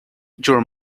your